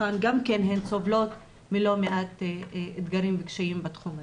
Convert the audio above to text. הן סובלות ויש לא מעט אתגרים וקשיים בתחום הזה.